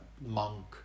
Monk